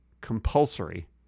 compulsory